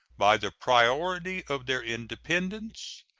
by the priority of their independence,